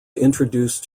introduced